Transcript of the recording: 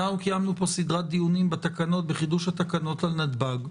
אנחנו קיימנו פה סדרת דיונים בחידוש התקנות על נתב"ג.